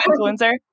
influencer